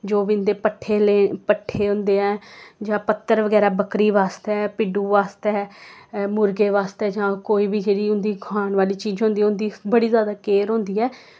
जो बी इं'दे पट्ठे ले पट्ठे होंदे ऐं जां पत्तर बगैरा बक्करी बास्तै भिड्डु बास्तै मुर्गे बास्तै जां कोई बी जेह्ड़ी उं'दी खान वाली चीज़ होंदी ऐ उं'दी बड़ी जादा केयर होंदी ऐ